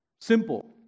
Simple